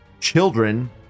children